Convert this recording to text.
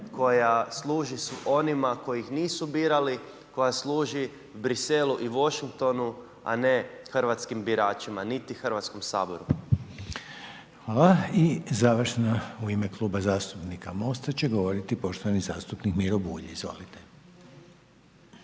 koja služi onima kojih nisu birali, koja služi Bruxellesu i Washingtonu a ne hrvatskim biračima, niti Hrvatskom saboru. **Reiner, Željko (HDZ)** Hvala. I završno, u ime Kluba Mosta će govoriti poštovani zastupnik Miro Bulj, izvolite.